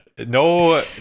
no